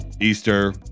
Easter